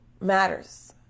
matters